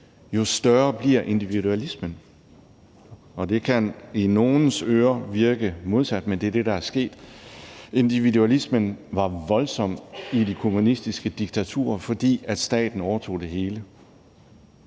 jo større bliver individualismen, og det kan i nogles ører virke modsat, men det er det, der er sket. Individualismen var voldsom i de kommunistiske diktaturer, fordi staten overtog det hele.